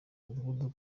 mudugudu